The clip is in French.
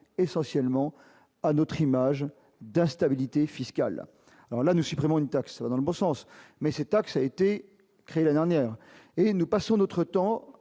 essentiellement à notre image d'instabilité fiscale alors là nous supprimons une taxe va dans le bon sens, mais ces taxes a été créé la dernière et nous passons notre temps